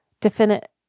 definite